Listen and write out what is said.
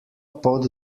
pot